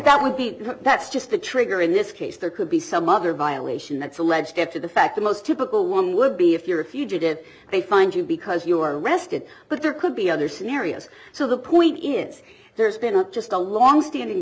that would be that's just a trigger in this case there could be some other violation that's alleged after the fact the most typical one would be if you're a fugitive they find you because you are arrested but there could be other scenarios so the point is there's been not just a longstanding